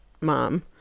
mom